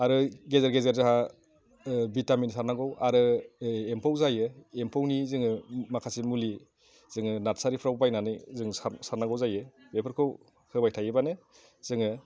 आरो गेजेर गेजेर जोंहा भिटामिन सारनांगौ आरो ओय एम्फौ जायो एम्फौनि जोङो माखासे मुलि जोङो नारसारिफ्राव बायनानै जों सारनांगौ जायो बेफोरखौ होबाय थाबानो जोङो